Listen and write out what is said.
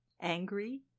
angry